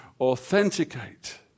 authenticate